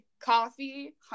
coffee